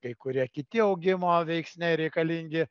kai kurie kiti augimo veiksniai reikalingi